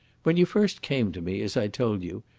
when you first came to me, as i told you,